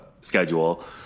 schedule